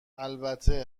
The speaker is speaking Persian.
البته